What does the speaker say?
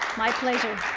my pleasure.